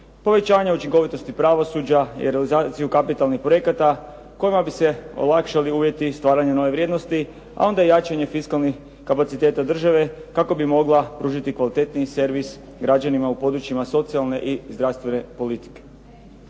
povećanje učinkovitosti pravosuđa i realizaciju kapitalnih projekata kojima bi se olakšali uvjeti stvaranja nove vrijednosti, a onda i jačanje fiskalnih kapaciteta države kako bi mogla pružiti kvalitetniji servis građanima u područjima socijalne i zdravstvene politike.